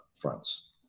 fronts